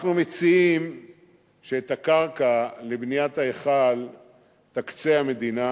אנחנו מציעים שאת הקרקע לבניית ההיכל תקצה המדינה,